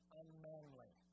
unmanly